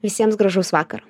visiems gražaus vakaro